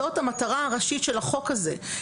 זאת המטרה הראשית של החוק הזה,